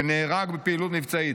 ונהרג בפעילות מבצעית,